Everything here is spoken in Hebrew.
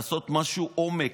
לעשות משהו לעומק,